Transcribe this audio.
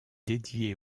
dédié